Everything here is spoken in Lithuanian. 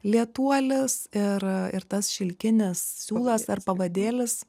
lėtuolis ir ir tas šilkinis siūlas ar pavadėlis